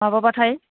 माबाबाथाय